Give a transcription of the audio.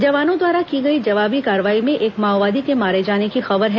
जवानों द्वारा की गई जवाबी कार्रवाई में एक माओवादी के मारे जाने की खबर है